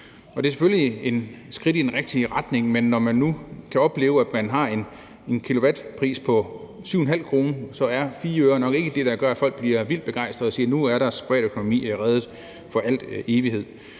Og det er selvfølgelig et skridt i den rigtige retning, men når man nu kan opleve at have en kilowatt-time-pris på 7,5 kr., så er 4 øre nok ikke det, der gør, at folk bliver vildt begejstrede og siger, at nu er deres privatøkonomi reddet i al evighed.